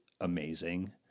amazing